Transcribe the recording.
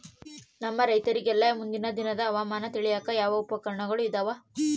ನಮ್ಮ ರೈತರಿಗೆಲ್ಲಾ ಮುಂದಿನ ದಿನದ ಹವಾಮಾನ ತಿಳಿಯಾಕ ಯಾವ ಉಪಕರಣಗಳು ಇದಾವ?